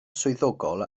swyddogol